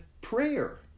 prayer